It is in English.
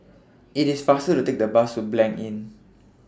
IT IS faster to Take The Bus to Blanc Inn